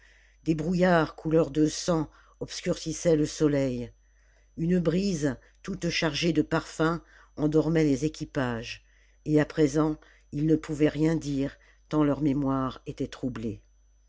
des brouillards couleur de sang obscurcissaient le soleil une brise toute chargée de parfums endormait les équipages et à présent iis ne pouvaient rien dire tant leur mémoire était troublée